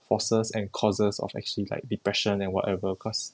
forces and causes of actually like depression and whatever cause